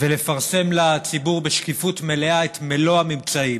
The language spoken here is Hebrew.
ולפרסם לציבור בשקיפות מלאה את מלוא הממצאים,